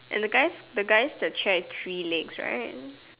and the guy's the guy's the chair is three legs right